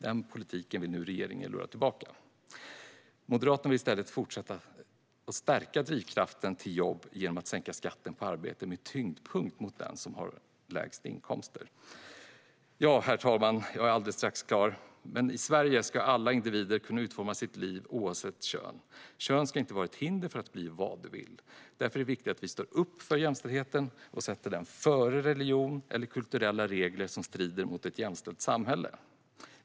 Den politiken vill nu regeringen lura tillbaka. Moderaterna vill i stället fortsätta stärka drivkraften till jobb genom att sänka skatten på arbete med tyngdpunkt mot dem som har lägst inkomster. Herr talman! I Sverige ska alla individer kunna utforma sina liv, oavsett kön. Kön ska inte vara ett hinder för att bli vad man vill. Därför är det viktigt att vi står upp för jämställdheten och sätter den före religion eller kulturella regler som strider mot ett jämställt samhälle.